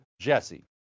JESSE